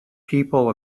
people